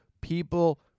people